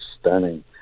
stunning